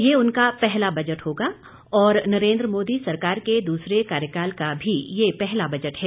ये उनका पहला बजट होगा और नरेन्द्र मोदी सरकार के दूसरे कार्यकाल का भी यह पहला बजट है